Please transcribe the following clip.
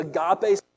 agape